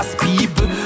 people